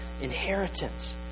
inheritance